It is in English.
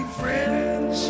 friends